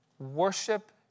Worship